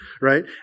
right